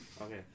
Okay